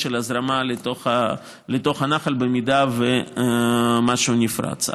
של הזרמה לתוך הנחל במידה שמשהו נפרץ.